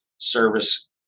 service